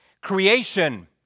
Creation